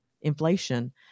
inflation